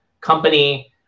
company